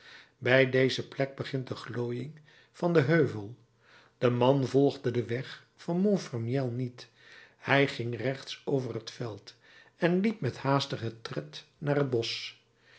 bij deze plek begint de glooiing van den heuvel de man volgde den weg van montfermeil niet hij ging rechts over het veld en liep met haastigen tred naar het bosch